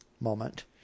moment